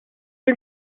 den